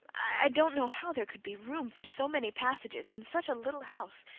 i don't know how there could be room for so many passages in such a little house.